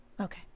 Okay